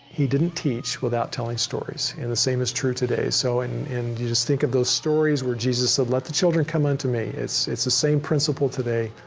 he didn't teach without telling stories and the same is true today. so and and you just think of those stories where jesus said, let the children come unto me. it's it's the same principle today.